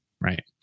right